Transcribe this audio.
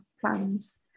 plans